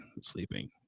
sleeping